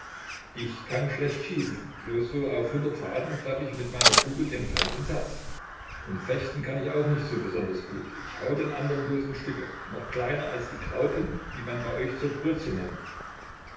ich kann schlecht schießen bloß so auf hundert faden treff ich mit meiner kugel dem feind ins herz und fechten kann ich auch nicht so besonders gut ich hau den andern bloß in stücke noch kleiner als die graupen die man bei euch zur grütze nimmt